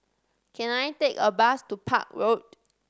can I take a bus to Park Road